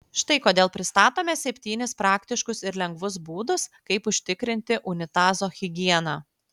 štai kodėl pristatome septynis praktiškus ir lengvus būdus kaip užtikrinti unitazo higieną